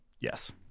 yes